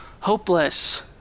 hopeless